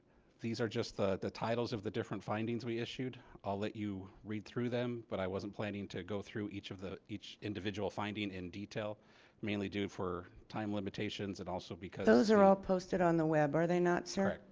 these are just the the titles of the different findings we issued. i'll let you read through them but i wasn't planning to go through each of each individual finding in detail mainly due for time limitations and also because harris those are all posted on the web are they not sir?